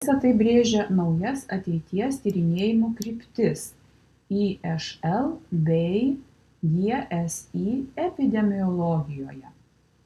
visa tai brėžia naujas ateities tyrinėjimų kryptis išl bei gsi epidemiologijoje